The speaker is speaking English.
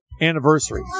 anniversary